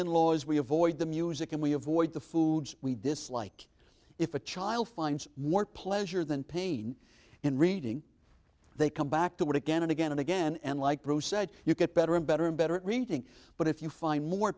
in laws we avoid the music and we avoid the foods we dislike if a child finds more pleasure than pain in reading they come back to it again and again and again and like bruce said you get better and better and better at reading but if you find more